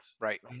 Right